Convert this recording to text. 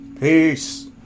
Peace